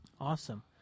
Awesome